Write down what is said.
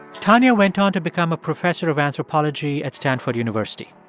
tanya went on to become a professor of anthropology at stanford university.